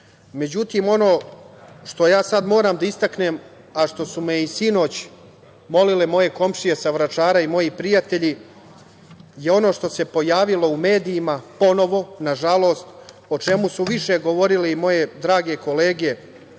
Međutim, ono što ja sada moram da istaknem, a što su me i sinoć molile moje komšije sa Vračara i moji prijatelji to je ono što se pojavilo u medijima ponovo, nažalost, o čemu su više govorile moje drage kolege